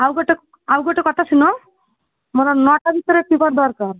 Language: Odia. ଆଉ ଗୋଟେ ଆଉ ଗୋଟେ କଥା ଶୁଣ ମୋର ନଅଟା ଭିତରେ ପେପର୍ ଦରକାର